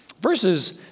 Verses